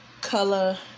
Color